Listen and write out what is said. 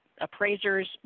appraisers